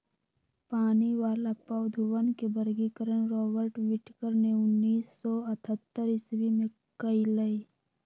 पानी वाला पौधवन के वर्गीकरण रॉबर्ट विटकर ने उन्नीस सौ अथतर ईसवी में कइलय